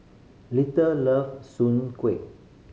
little love Soon Kuih